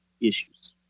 issues